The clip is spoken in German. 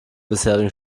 bisherigen